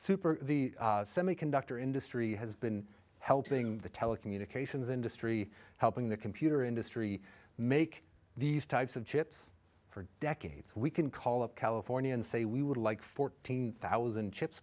super the semiconductor industry has been helping the telecommunications industry helping the computer industry make these types of chips for decades we can call up california and say we would like fourteen thousand chips